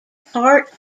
part